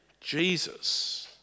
Jesus